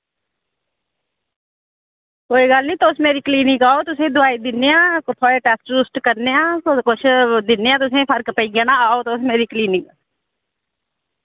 कोई गल्ल नेईं तुस मेरी क्लिनिक आओ तुसें दोआई दिन्नेआं थोआड़े टैस्ट टुस्ट करने आं थोआड़े कुछ दिन्ने आं तुसें फर्क पेई जाना आओ तुस मेरी क्लिनिक